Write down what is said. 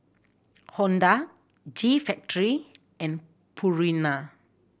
Honda G Factory and Purina